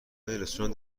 رستوران